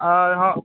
आओर हँ